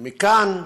ומכאן,